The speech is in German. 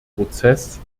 prozess